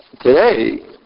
Today